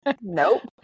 Nope